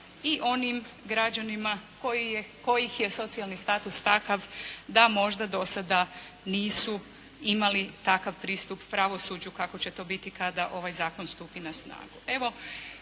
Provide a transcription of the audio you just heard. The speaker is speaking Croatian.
i onim građanima kojih je socijalni status takav da možda do sada nisu imali takav pristup pravosuđu kako će to biti kada ovaj Zakon stupi na snagu.